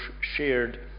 shared